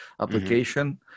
application